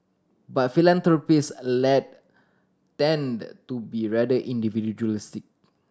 but philanthropist tend to be rather individualistic